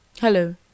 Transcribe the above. hello